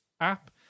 app